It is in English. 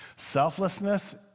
Selflessness